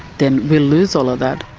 then we'll lose all of that.